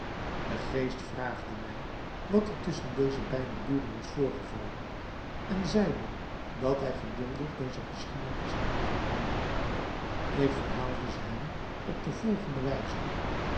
de geest vraagde mij wat er tusschen deze beide buren was voorgevallen en zeide dat hij geduldig deze geschiedenis zou aanhooren ik verhaalde ze hem op de volgende wijze